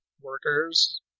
workers